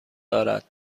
دارد